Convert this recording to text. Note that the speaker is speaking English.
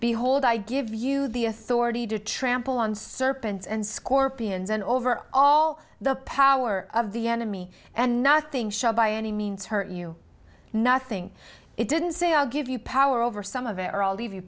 behold i give you the authority to trample on serpents and scorpions and over all the power of the enemy and nothing shall by any means hurt you nothing it didn't say i'll give you power over some of it or leav